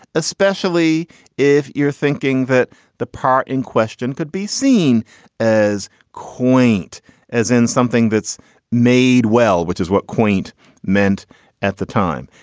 especially if you're thinking that the part in question could be seen as quaint as in something that's made well, which is what quaint meant at the time.